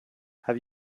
have